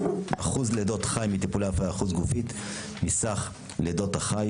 אחוז לידות חי מטיפולי הפריה חוץ גופית מסך לידות החי,